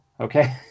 Okay